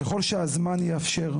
ככל שהזמן יאפשר,